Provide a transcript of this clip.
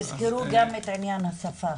תזכרו גם את עניין השפה.